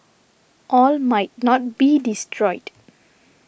all might not be destroyed